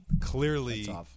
clearly